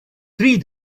three